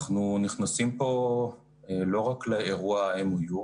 אנחנו נכנסים פה לא רק לאירוע ה-MOU,